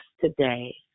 today